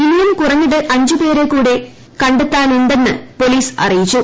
ഇനിയും കുറഞ്ഞത് അഞ്ചുപേരെ കൂടി കണ്ടെത്തേണ്ടതുണ്ടെന്ന് പോലീസ് അറിയിച്ചു